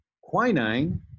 quinine